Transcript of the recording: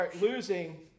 losing